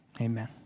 amen